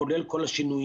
כולל כל השינויים,